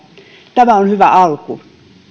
tämä on hyvä alku